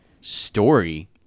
story